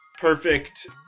perfect